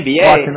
NBA